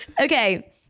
Okay